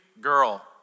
girl